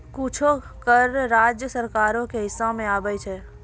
कुछो कर राज्य सरकारो के हिस्सा मे आबै छै